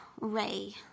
Ray